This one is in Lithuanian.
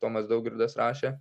tomas daugirdas rašė